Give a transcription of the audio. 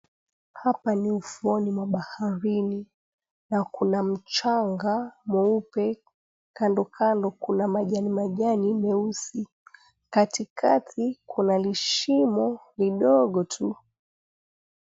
Hapa ni ufuoni mwa baharini na kuna mchanga mweupe, kando kando kuna majani majani meusi, katikati kuna lishimo lidogo tu.